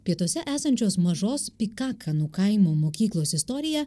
pietuose esančios mažos pikakanu kaimo mokyklos istorija